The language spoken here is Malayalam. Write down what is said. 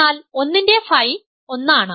എന്നാൽ 1 ന്റെ Φ 1 ആണ്